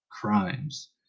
crimes